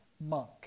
monk